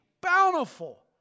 bountiful